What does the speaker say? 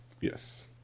Yes